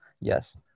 yes